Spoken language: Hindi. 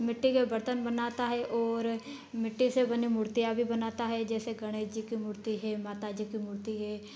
मिट्टी के बर्तन बनाता है ओर मिट्टी से बने मूर्तियाँ भी बनाता है जैसे गणेश जी की मूर्ति है माता जी की मूर्ति है